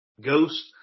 ghost